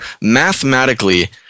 mathematically